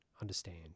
understand